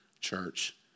church